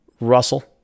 Russell